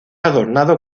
adornado